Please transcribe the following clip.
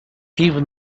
even